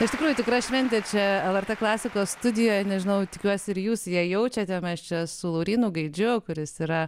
iš tikrųjų tikra šventė čia lrt klasikos studija nežinau tikiuosi ir jūs jei jaučiate mes čia su laurynu gaidžiu kuris yra